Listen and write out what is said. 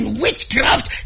witchcraft